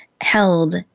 held